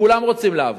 כולם רוצים לעבוד,